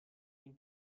den